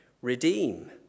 redeem